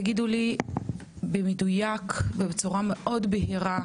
תגידו לי במדויק ובצורה מאוד בהירה,